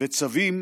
וצווים